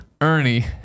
Ernie